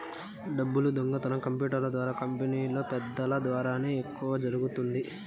డబ్బులు దొంగతనం కంప్యూటర్ల ద్వారా కంపెనీలో పెద్దల ద్వారానే ఎక్కువ జరుగుతుంది